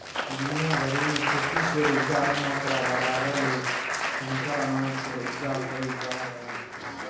दुनिया भरि मे खेती केर उपजाक मात्रा बढ़ाबय लेल संकर अनाज केर उपजा कएल जा रहल छै